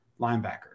linebacker